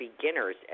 beginners